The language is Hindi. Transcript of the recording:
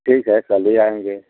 ठीक है चले आएंगे